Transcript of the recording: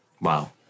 Wow